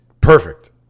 perfect